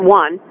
one